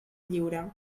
lliure